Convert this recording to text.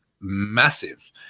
massive